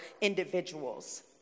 individuals